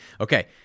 okay